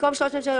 במקום "303,